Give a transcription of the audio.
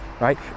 Right